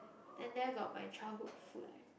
and there got my childhood food eh